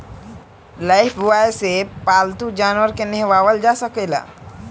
Lifebuoy से पाल्तू जानवर के नेहावल जा सकेला